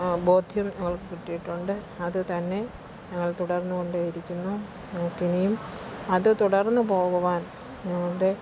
ബോധ്യം കിട്ടിയിട്ടുണ്ട് അതുതന്നെ ഞങ്ങള് തുടർന്നുകൊണ്ടേയിരിക്കുന്നു നമുക്കിനിയും അത് തുടർന്നു പോകുവാൻ ഞങ്ങളുടെ